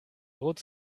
droht